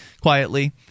quietly